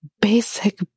basic